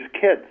kids